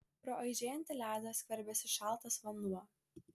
pro aižėjantį ledą skverbėsi šaltas vanduo